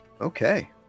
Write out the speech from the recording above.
Okay